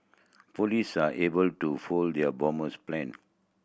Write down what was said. police are able to foil the bomber's plan